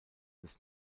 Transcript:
des